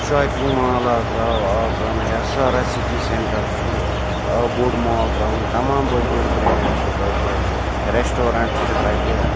shopping mall آو ترٛاو آو ترٛاونہٕ یا سارا سِٹی سٮ۪نٹَر چھُ آو بوٚڈ مال ترٛاوُن تَمام بٔڑۍ بٔڑۍ برٛینٛڈ چھِ تَتہِ رٮ۪سٹورَنٛٹ چھِ تَتہِ